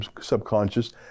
subconscious